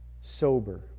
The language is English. sober